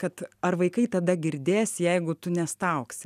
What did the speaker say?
kad ar vaikai tada girdės jeigu tu nestaugsi